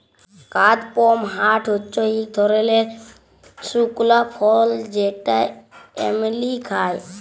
কাদপমহাট হচ্যে ইক ধরলের শুকলা ফল যেটা এমলি খায়